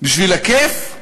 בשביל הכיף?